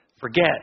Forget